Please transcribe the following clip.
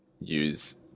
use